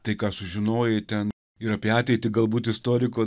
tai ką sužinojai ten ir apie ateitį galbūt istoriko